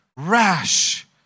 rash